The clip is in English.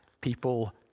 people